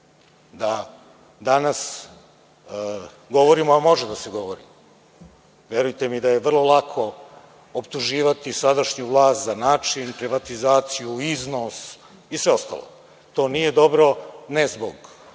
da danas govorimo, a može da se govori, verujte mi da je vrlo lako optuživati sadašnju vlast za način, privatizaciju, iznos i sve ostalo. To nije dobro, ne zbog